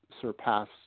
surpass